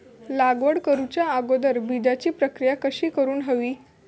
लागवड करूच्या अगोदर बिजाची प्रकिया कशी करून हवी?